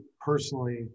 personally